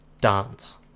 dance